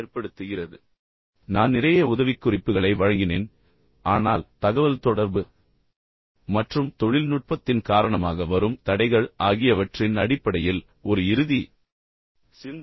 mobile மற்றும் தொலைபேசி பயன்பாட்டைப் பற்றி பேசும்போது நான் நிறைய உதவிக்குறிப்புகளை வழங்கினேன் ஆனால் தகவல்தொடர்பு மற்றும் தொழில்நுட்பத்தின் காரணமாக வரும் தடைகள் ஆகியவற்றின் அடிப்படையில் ஒரு இறுதி சிந்தனையாக